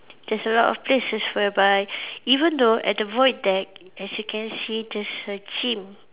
there's a lot of places whereby even though at the void deck as you can see there's a gym